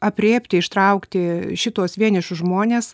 aprėpti ištraukti šituos vienišus žmones